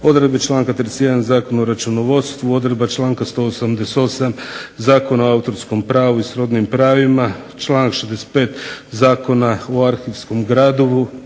odredbi članka 31, Zakon o računovodstvu, odredba članka 188. Zakon o autorskom pravu i srodnim pravima, članak 65. Zakona o arhivskom gradivu,